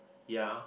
ya